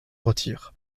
retire